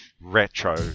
retro